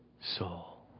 soul